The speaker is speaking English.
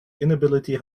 inability